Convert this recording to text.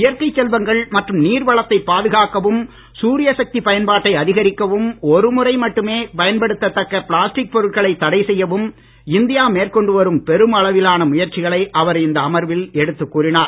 இயற்கைச் செல்வங்கள் மற்றும் நீர் வளத்தை பாதுகாக்கவும் சூரியசக்தி பயன்பாட்டை அதிகரிக்கவும் ஒருமுறை மட்டுமே பயன்படுத்தத் தக்க பிளாஸ்டிக் பொருட்களை தடை செய்யவும் இந்தியா மேற்கொண்டு வரும் பெருமளவிலான முயற்சிகளை அவர் இந்த அமர்வில் எடுத்துக் கூறினார்